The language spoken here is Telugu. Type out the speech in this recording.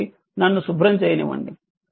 కాబట్టి నన్ను శుభ్రం చేయనివ్వండి